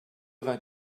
vingt